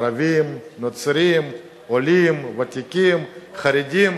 ערבים, נוצרים, עולים, ותיקים, חרדים.